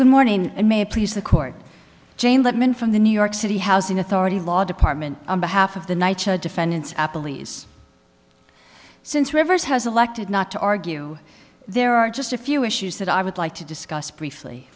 good morning and may it please the court jane that men from the new york city housing authority law department on behalf of the knights defendants apple e's since rivers has elected not to argue there are just a few issues that i would like to discuss briefly